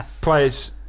players